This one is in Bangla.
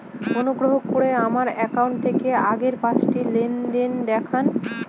অনুগ্রহ করে আমার অ্যাকাউন্ট থেকে আগের পাঁচটি লেনদেন দেখান